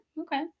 Okay